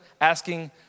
asking